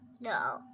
No